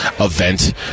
event